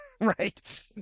Right